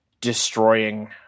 destroying